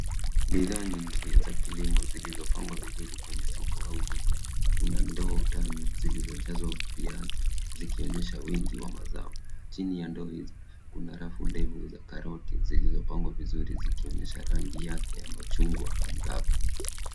Bidhaa nyingi za kilimo zilizopangwa vizuri kwenye soko au duka. Kuna ndoo tano zilizojazwa viazi vikionyesha wingi wa mazao. Chini ya ndoo hizi kuna rafu ndefu za karoti zilizopangwa vizuri zikionyesha rangi yake ya machungwa angavu.